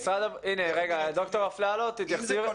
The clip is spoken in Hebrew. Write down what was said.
ד"ר אפללו, תתייחסי.